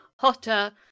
hotter